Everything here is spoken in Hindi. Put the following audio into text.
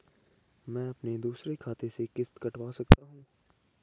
मैं अपने दूसरे खाते से किश्त कटवा सकता हूँ?